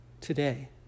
today